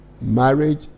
marriage